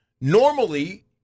normally